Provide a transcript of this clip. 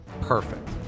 perfect